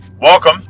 Welcome